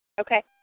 Okay